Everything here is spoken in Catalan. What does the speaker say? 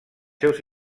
seus